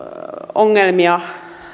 ongelmia